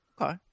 Okay